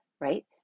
right